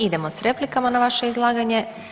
Idemo sa replikama na vaše izlaganje.